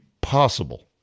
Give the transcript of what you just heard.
possible